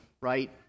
right